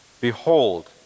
Behold